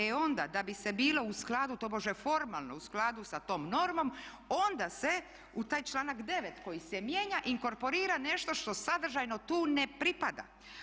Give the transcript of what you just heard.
E onda da bi se bilo u skladu tobože formalno u skladu sa tom normom onda se u taj članak 9. koji se mijenja inkorporira nešto što sadržajno tu ne pripada.